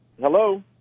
Hello